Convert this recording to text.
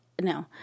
No